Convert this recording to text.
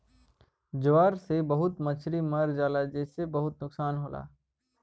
ज्वर से बहुत मछरी मर जाला जेसे बहुत नुकसान होला